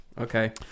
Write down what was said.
Okay